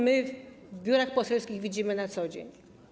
My w biurach poselskich to widzimy na co dzień.